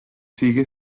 sigue